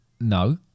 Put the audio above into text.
No